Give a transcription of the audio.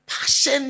passion